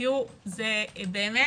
תראו, זה באמת